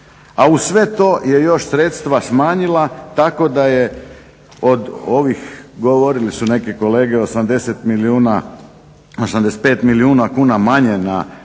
a uz sve to je još sredstva smanjila tako da je od ovih, govorili su neki kolege, 85 milijuna kuna manje na poziciji,